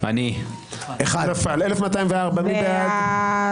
1,211 מי בעד?